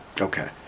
Okay